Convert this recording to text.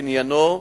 שעניינו,